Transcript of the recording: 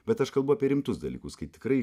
bet aš kalbu apie rimtus dalykus kai tikrai